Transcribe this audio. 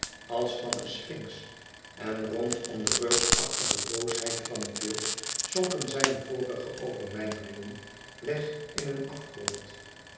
als van een sfinx en rondom de reusachtige boosheid van het beeld zonken zijne vorige overmijmeringen weg in een afgrond